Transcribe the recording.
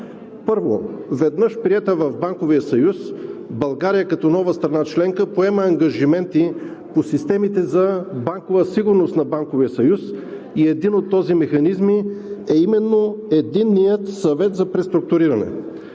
Първо, веднъж приета в Банковия съюз, България като нова страна членка поема ангажименти по системите за банкова сигурност на Банковия съюз и един от тези механизми е именно Единният съвет за преструктуриране.